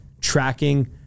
tracking